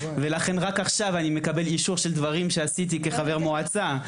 ולכן רק עכשיו אני מקבל אישור על דברים שעשיתי כחבר מועצה,